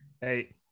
Hey